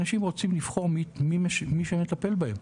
אנשים רוצים לבחור מי שמטפל בהם.